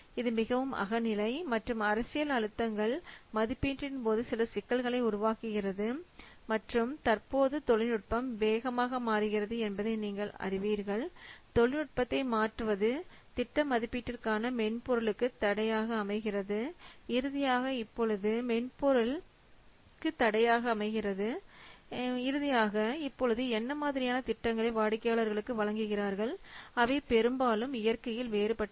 இது மிகவும் அகநிலை மற்றும் அரசியல் அழுத்தங்கள் மதிப்பீட்டின் போது சில சிக்கல்களை உருவாக்குகிறது மற்றும் தற்போது தொழிநுட்பம் வேகமாக மாறுகிறது என்பதை நீங்கள் அறிவீர்கள் தொழில்நுட்பத்தை மாற்றுவது திட்ட மதிப்பீட்டிற்கான மென்பொருளுக்கு தடையாக அமைகிறது இறுதியாக இப்பொழுது என்ன மாதிரியான திட்டங்களை வாடிக்கையாளர்களுக்கு வழங்குகிறார்கள் அவை பெரும்பாலும் இயற்கையில் வேறுபட்டவை